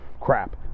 crap